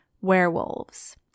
werewolves